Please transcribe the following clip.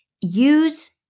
use